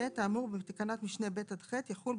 (ט)האמור בתקנות משנה (ב) עד (ח) יחול,